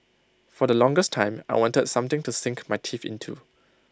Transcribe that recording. for the longest time I wanted something to sink my teeth into